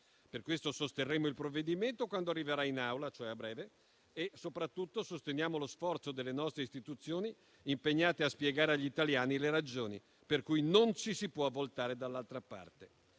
Per questo sosterremo il provvedimento quando arriverà in Aula, cioè a breve, e soprattutto sosteniamo lo sforzo delle nostre istituzioni impegnate a spiegare agli italiani le ragioni per cui non ci si può voltare dall'altra parte.